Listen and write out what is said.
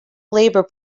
labor